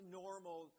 normal